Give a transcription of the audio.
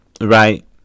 right